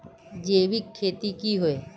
जैविक खेती की होय?